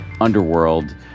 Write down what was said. underworld